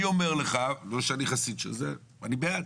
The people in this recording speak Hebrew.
אני אומר לך, לא שאני חסיד של זה, אני בעד.